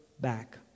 back